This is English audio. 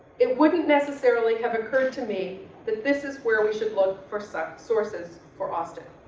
it wouldn't necessarily have occurred to me that this is where we should look for some sources for austin.